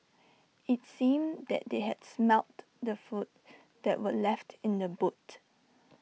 IT seemed that they had smelt the food that were left in the boot